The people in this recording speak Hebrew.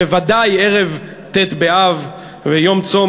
בוודאי ערב ט' באב ויום הצום.